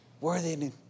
worthy